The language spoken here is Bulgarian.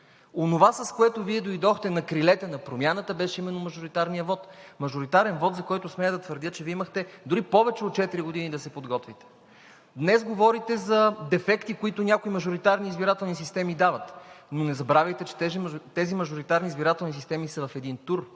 Онова, с което Вие дойдохте на крилете на промяната, беше именно мажоритарния вот. Мажоритарен вот, за който смея да твърдя, че Вие имахте дори повече от четири години да се подготвите. Днес говорите за дефекти, които някои мажоритарни избирателни системи дават, но не забравяйте, че тези мажоритарни избирателни системи са в един тур